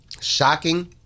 shocking